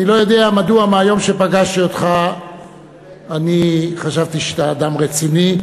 אני לא יודע מדוע מהיום שפגשתי אותך אני חשבתי שאתה אדם רציני,